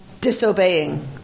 disobeying